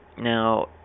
Now